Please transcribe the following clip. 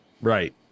right